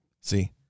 See